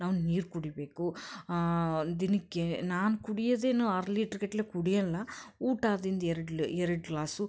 ನಾವು ನೀರು ಕುಡಿಯಬೇಕು ದಿನಕ್ಕೆ ನಾನು ಕುಡ್ಯೋದೇನೊ ಆರು ಲೀಟ್ರುಗಟ್ಟಲೆ ಕುಡಿಯೋಲ್ಲ ಊಟ ಆದ್ರಿಂದ್ ಎರಡು ಎರಡು ಗ್ಲಾಸು